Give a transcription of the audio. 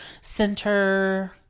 center